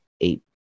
eight